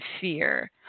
fear